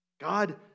God